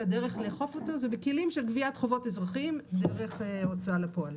והדרך לאכוף אותו זה בכלים של גביית חובות אזרחיים דרך הוצאה לפועל.